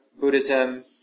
Buddhism